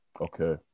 Okay